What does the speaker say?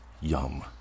yum